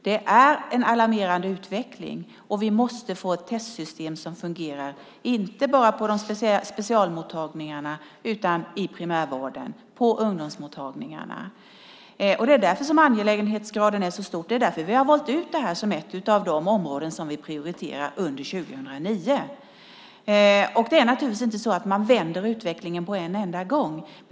Det är en alarmerande utveckling, och vi måste få ett testsystem som fungerar, inte bara på specialmottagningarna utan i primärvården och på ungdomsmottagningarna. Därför är angelägenhetsgraden så stor. Det är därför vi har valt ut det här som ett av de områden som vi prioriterar under 2009. Naturligtvis vänder man inte utvecklingen med ens.